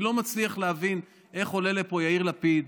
אני לא מצליח להבין איך עולה לפה יאיר לפיד